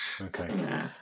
Okay